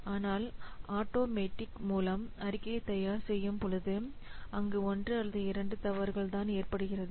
ஆனால் ஆட்டோமேட்டிக் மூலம் அறிக்கை தயார் செய்யும் பொழுது அங்கு ஒன்று அல்லது இரண்டு தவறுகள் தான் ஏற்படுகிறது